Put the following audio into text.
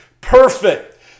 perfect